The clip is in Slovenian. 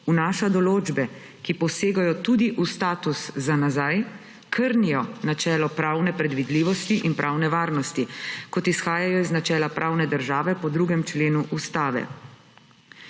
vnaša določbe, ki posegajo tudi v status za nazaj, krnijo načelo pravne predvidljivosti in pravne varnosti, kot izhajajo iz načela pravne države po 2. členu Ustave.